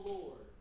Lord